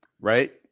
right